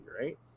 right